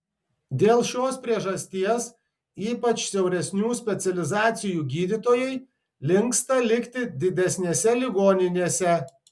dėl šios priežasties ypač siauresnių specializacijų gydytojai linksta likti didesnėse ligoninėse